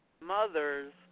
mothers